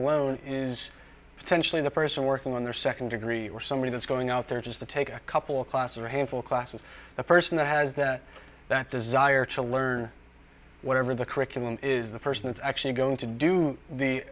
alone is potentially the person working on their second degree or somebody that's going out there just to take a couple of classes or a handful classes a person that has that that desire to learn whatever the curriculum is the person that's actually going to do the